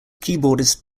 keyboardist